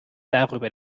darüber